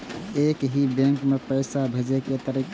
एक ही बैंक मे पैसा भेजे के तरीका?